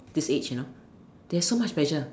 this age you sure they have so much pressure